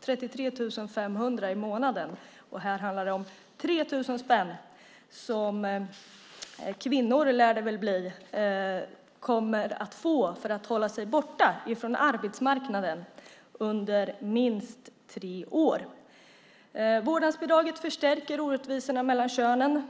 33 500 i månaden. Här handlar det om 3 000 spänn som kvinnor - lär det väl bli - kommer att få för att hålla sig borta från arbetsmarknaden under minst tre år. Vårdnadsbidraget förstärker orättvisorna mellan könen.